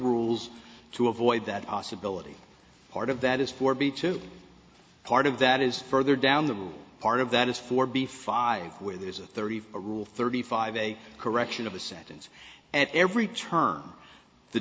rules to avoid that possibility part of that is for b to part of that is further down the road part of that is for b five where there is a thirty rule thirty five a correction of a sentence at every turn the